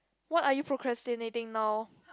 what are you procrastinating now